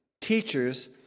teachers